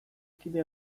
kide